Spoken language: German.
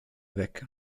weg